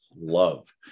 love